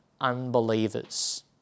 unbelievers